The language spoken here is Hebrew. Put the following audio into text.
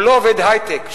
והוא לא עובד היי-טק,